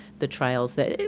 the trials that,